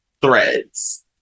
threads